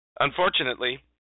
Unfortunately